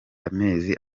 amezi